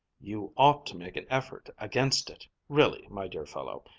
you ought to make an effort against it, really, my dear fellow.